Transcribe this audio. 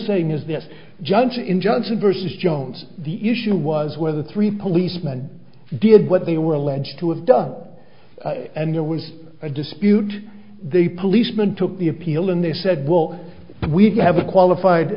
saying is this judge injunction versus jones the issue was whether three policeman did what they were alleged to have done and there was a dispute the policeman took the appeal and they said well we have a qualified